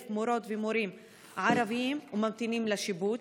מורות ומורים ערבים הממתינים לשיבוץ?